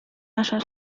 nasza